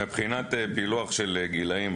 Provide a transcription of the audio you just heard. מבחינת פילוח של גילאים,